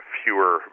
fewer